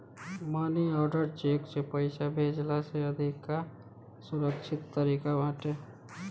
मनी order cheque से पईसा भेजला से अधिका सुरक्षित तरीका बाटे